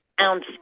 ounce